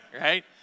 right